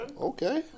Okay